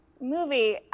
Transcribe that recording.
movie